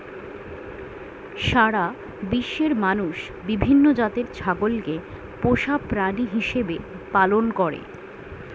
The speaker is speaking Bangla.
সারা বিশ্বের মানুষ বিভিন্ন জাতের ছাগলকে পোষা প্রাণী হিসেবে পালন করে